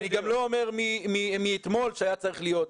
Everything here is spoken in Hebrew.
אני גם לא אומר שמאתמול היה צריך להיות.